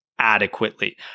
adequately